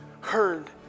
heard